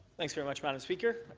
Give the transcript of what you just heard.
thanks very much, madam speaker.